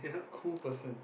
cool person